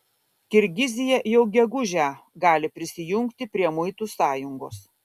kirgizija jau gegužę gali prisijungti prie muitų sąjungos